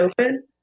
open